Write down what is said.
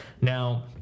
Now